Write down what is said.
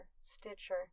Stitcher